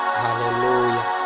hallelujah